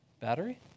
battery